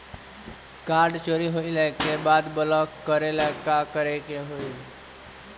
Card चोरी होइला के बाद ब्लॉक करेला का करे के होई?